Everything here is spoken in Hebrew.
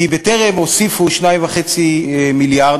כי בטרם הוסיפו 2.5 מיליארד,